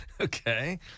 Okay